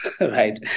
right